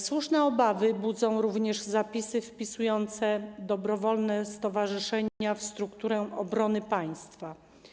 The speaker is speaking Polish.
Słuszne obawy budzą również zapisy wpisujące dobrowolne stowarzyszenia w strukturę obrony państwa.